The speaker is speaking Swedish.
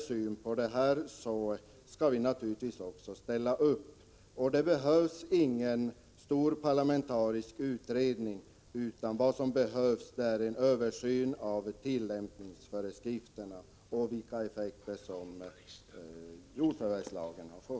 1985/86:147 detta område, skall vi naturligtvis ställa upp bakom det kravet. Det behövs ingen stor parlamentarisk utredning, utan det räcker med en översyn av tillämpningsföreskrifterna och en genomgång av vilka effekter som jordförvärvslagen har haft.